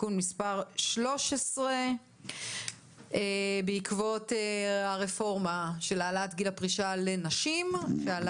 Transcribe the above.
תיקון מס' 13. בעקבות הרפורמה של העלאת גיל הפרישה לנשים שעלה